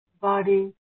body